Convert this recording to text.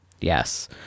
yes